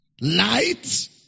light